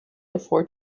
afford